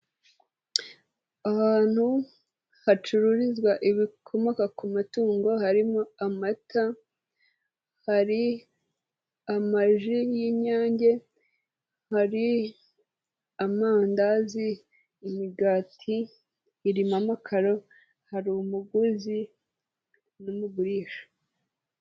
Aha hantu hacururizwa ibikomoka ku matungo harimo amata, hari amaji y'inyange, hari amandazi, imigati, irimo amakaro hari umuguzi n'umugurisha.